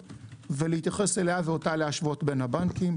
ולהתייחס אליה ואותה להשוות בין הבנקים.